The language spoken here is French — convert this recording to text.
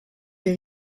les